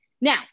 Now